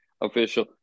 official